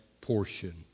portion